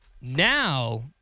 Now